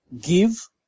give